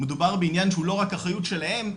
מדובר בעניין שהוא לא רק אחריות שלהם,